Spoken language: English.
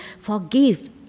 forgive